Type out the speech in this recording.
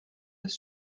des